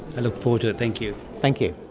i look forward to it. thank you. thank you.